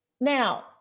now